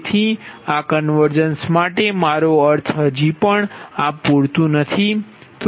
તેથી આ કન્વર્જન્સ માટે મારો અર્થ હજી પણ આ પૂરતું નથી